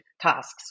tasks